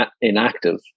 inactive